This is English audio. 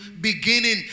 beginning